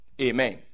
amen